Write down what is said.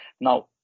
Now